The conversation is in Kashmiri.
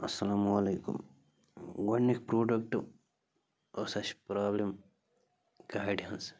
اَلسلامُ علیکُم گۄڈٕنیُک پرٛوڈکٹ ٲس اَسہِ پرٛابلِم گاڑِ ہٕنٛز